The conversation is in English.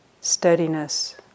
steadiness